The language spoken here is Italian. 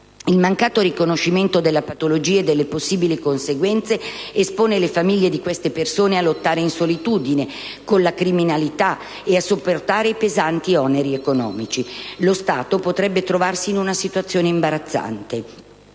Il mancato riconoscimento della patologia e delle possibili conseguenze espone le famiglie di queste persone a lottare, in solitudine, con la criminalità, e a sopportarne i pesanti oneri economici. Lo Stato potrebbe trovarsi in una situazione imbarazzante